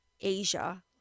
Asia